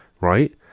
right